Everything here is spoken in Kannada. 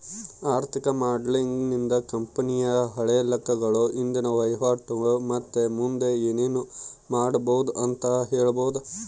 ಆರ್ಥಿಕ ಮಾಡೆಲಿಂಗ್ ನಿಂದ ಕಂಪನಿಯ ಹಳೆ ಲೆಕ್ಕಗಳು, ಇಂದಿನ ವಹಿವಾಟು ಮತ್ತೆ ಮುಂದೆ ಏನೆನು ಮಾಡಬೊದು ಅಂತ ಹೇಳಬೊದು